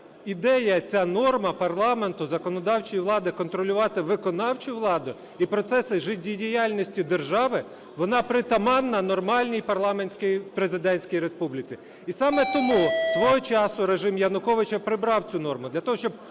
ідея, ця норма парламенту, законодавчої влади контролювати виконавчу владу і процеси життєдіяльності держави, вона притаманна нормальній парламентсько-президентській республіці. І саме тому свого часу режим Януковича прибрав цю норму